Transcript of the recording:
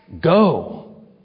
Go